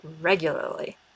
regularly